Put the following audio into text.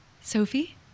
Sophie